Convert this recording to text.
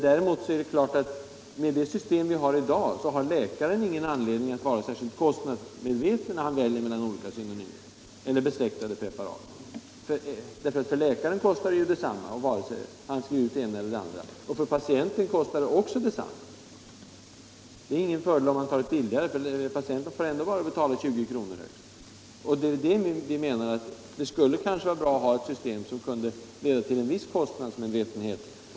Däremot är det klart att läkaren med dagens system inte har någon anledning att vara kostnadsmedveten, när han väljer mellan besläktade preparat. Både för läkaren och patienten kostar det lika mycket vad läkaren än skriver ut. Det är ingen fördel med att skriva ut billigare preparat. Patienten får ändå betala högst 20 kr. Det skulle kanske vara bra med ett system som kunde leda till en viss kostnadsmedvetenhet.